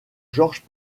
georges